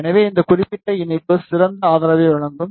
எனவே இந்த குறிப்பிட்ட இணைப்பு சிறந்த ஆதரவை வழங்கும்